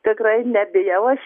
tikrai nebijau aš